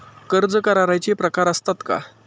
कर्ज कराराचे प्रकार असतात का?